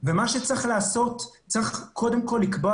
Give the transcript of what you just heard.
מה שצריך לעשות צריך קודם כול לקבוע